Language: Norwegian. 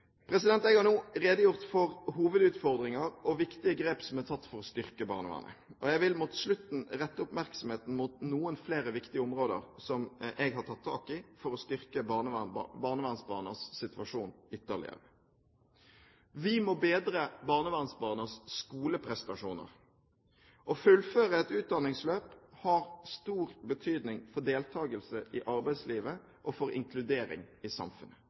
Jeg har nå redegjort for hovedutfordringer og viktige grep som er tatt for å styrke barnevernet. Jeg vil mot slutten rette oppmerksomheten mot noen flere viktige områder som jeg har tatt tak i for å styrke barnevernsbarnas situasjon ytterligere. Vi må bedre barnevernsbarnas skoleprestasjoner. Å fullføre et utdanningsløp har stor betydning for deltakelse i arbeidslivet og for inkludering i samfunnet.